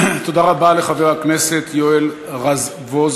תודה רבה לחבר הכנסת יואל רזבוזוב.